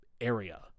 area